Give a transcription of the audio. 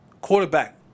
quarterback